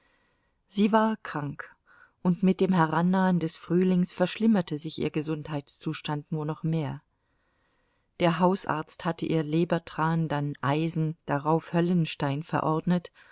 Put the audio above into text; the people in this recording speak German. sie war krank und mit dem herannahen des frühlings verschlimmerte sich ihr gesundheitszustand nur noch mehr der hausarzt hatte ihr lebertran dann eisen darauf höllenstein verordnet